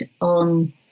on